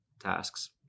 tasks